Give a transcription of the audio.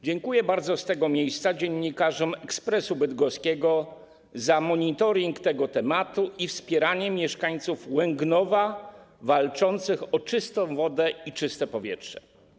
Dziękuję bardzo z tego miejsca dziennikarzom „Expressu Bydgoskiego” za monitoring tego tematu i wspieranie mieszkańców Łęgnowa, walczących o czystą wodę i czyste powietrze.